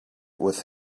with